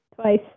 Twice